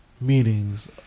meetings